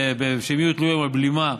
ושיהיו תלויים על בלי-מה: